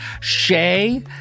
Shay